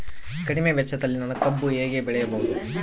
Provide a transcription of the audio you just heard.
ಕಡಿಮೆ ವೆಚ್ಚದಲ್ಲಿ ನಾನು ಕಬ್ಬು ಹೇಗೆ ಬೆಳೆಯಬಹುದು?